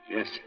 Yes